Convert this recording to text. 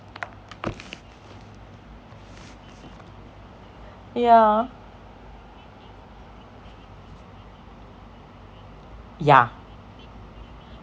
yeah yeah